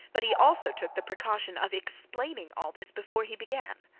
but he also took the precaution of explaining all this before he began.